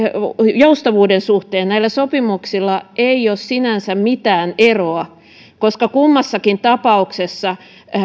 joustavuuden suhteen näillä sopimuksilla ei ole sinänsä mitään eroa koska kummassakin tapauksessa